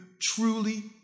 truly